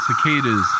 cicadas